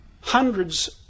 hundreds